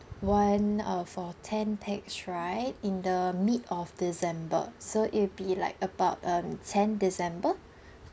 one uh for ten pax right in the mid of december so it'll be like about like um tenth december